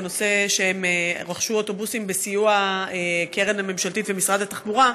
שהן רכשו אוטובוסים בסיוע הקרן הממשלתית ומשרד התחבורה,